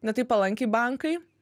ne taip palankiai bankai